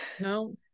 No